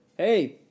Hey